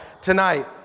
tonight